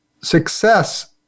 success